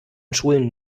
schulen